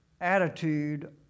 attitude